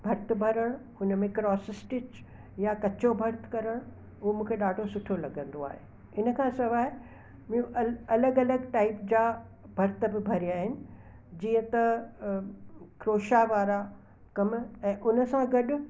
भर्तु भरण हुन में क्रोस स्टीच या कचो भर्तु करणु उहो मूंखे ॾाढो सुठो लॻंदो आहे हिन खां सवाइ ॿियूं अलॻि अलॻि टाइप जा भर्त बि भरिया आहिनि जीअं त क्रोशिया वारा कम ऐं हुन सां गॾु